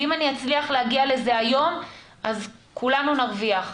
ואם אני אצליח להגיע לזה היום אז כולנו נרוויח,